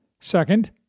Second